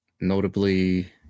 Notably